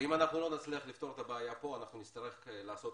אם אנחנו לא נצליח לפתור את הבעיה פה אנחנו נצטרך לעשות